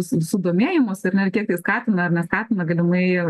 su su domėjimuosi ar ne kiek tai skatina ar neskatina galimai